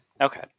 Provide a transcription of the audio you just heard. okay